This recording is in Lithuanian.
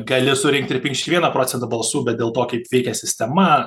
gali surinkti ir penkiasdešim vieną procentą balsų bet dėl to kaip veikia sistema